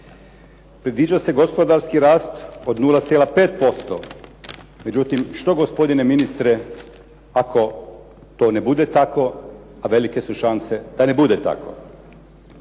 Predviđa se gospodarski rast od 0,5%, međutim što gospodine ministre ako to ne bude tako, a velike su šanse da ne bude tako.